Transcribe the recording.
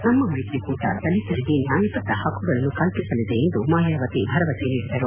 ನಮ್ನ ಮೈತ್ರಿ ಕೂಟ ದಲಿತರಿಗೆ ನ್ವಾಯಬದ್ದ ಹಕ್ಕುಗಳನ್ನು ಕಲ್ಪಿಸಲಿದೆ ಎಂದು ಮಾಯಾವತಿ ಭರವಸೆ ನೀಡಿದರು